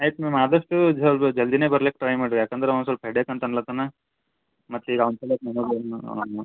ಆಯ್ತು ಮ್ಯಾಮ್ ಆದಷ್ಟು ಸ್ವಲ್ಪ ಜಲ್ದಿಯೇ ಬರ್ಲಿಕ್ಕೆ ಟ್ರೈ ಮಾಡಿ ಯಾಕಂದ್ರೆ ಅವ ಸ್ವಲ್ಪ ಹೆಡ್ಡೇಕ್ ಅಂತ ಅನ್ಲತ್ತಾನ ಮತ್ತು ಈಗ ಅವ್ನ ಸಲಕ್ಕ